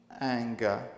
anger